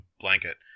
blanket